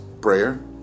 prayer